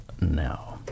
now